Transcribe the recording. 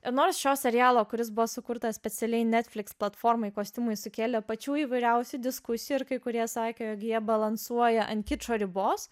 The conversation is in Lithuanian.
ir nors šio serialo kuris buvo sukurtas specialiai netflix platformoj kostiumai sukėlė pačių įvairiausių diskusijų ir kai kurie sakė jog jie balansuoja ant kičo ribos